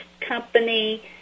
company